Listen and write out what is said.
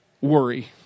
worry